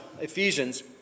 ephesians